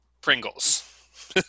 Pringles